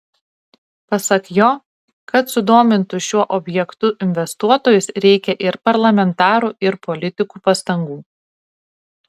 pasak jo kad sudomintų šiuo objektu investuotojus reikia ir parlamentarų ir politikų pastangų